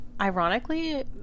ironically